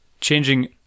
Changing